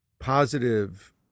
positive